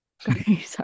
Sorry